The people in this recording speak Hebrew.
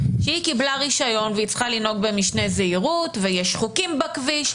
שהיא קיבלה רישיון והיא צריכה לנהוג במשנה זהירות ויש חוקים בכביש.